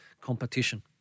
competition